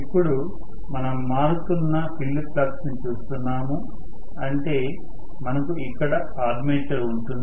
ఇప్పుడు మనం మారుతున్నఫీల్డ్ ఫ్లక్స్ ని చూస్తున్నాము అంటే మనకు ఇక్కడ ఆర్మేచర్ ఉంటుంది